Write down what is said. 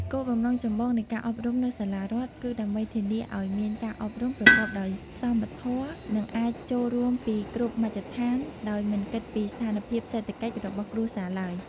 គោលបំណងចម្បងនៃការអប់រំនៅសាលារដ្ឋគឺដើម្បី ធានាឱ្យមានការអប់រំប្រកបដោយសមធម៌ និងអាចចូលរួមពីគ្រប់មជ្ឈដ្ឋាន ដោយមិនគិតពីស្ថានភាពសេដ្ឋកិច្ចរបស់គ្រួសារឡើយ។